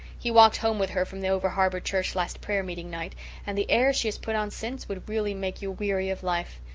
he walked home with her from the over-harbour church last prayer-meeting night and the airs she has put on since would really make you weary of life.